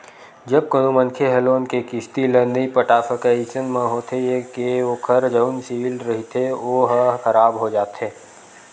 जब कोनो मनखे ह लोन के किस्ती ल नइ पटा सकय अइसन म होथे ये के ओखर जउन सिविल रिहिथे ओहा खराब हो जाथे